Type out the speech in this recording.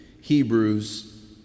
Hebrews